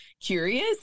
curious